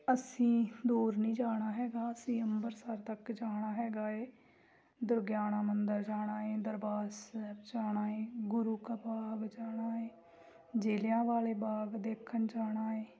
ਅਸੀਂ ਦੂਰ ਨਹੀਂ ਜਾਣਾ ਹੈਗਾ ਅਸੀਂ ਅੰਮ੍ਰਿਤਸਰ ਤੱਕ ਜਾਣਾ ਹੈਗਾ ਹੈ ਦੁਰਗਿਆਣਾ ਮੰਦਿਰ ਜਾਣਾ ਹੈ ਦਰਬਾਰ ਸਾਹਿਬ ਜਾਣਾ ਹੈ ਗੁਰੂ ਕਾ ਬਾਗ ਜਾਣਾ ਹੈ ਜ਼ਿਲ੍ਹਿਆ ਵਾਲੇ ਬਾਗ ਦੇਖਣ ਜਾਣਾ ਹੈ